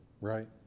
right